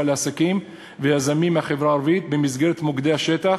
לעסקים ויזמים מהחברה הערבית במסגרת מוקדי השטח,